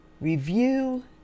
review